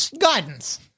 guidance